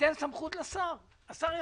ניתן סמכות לשר, השר יחליט.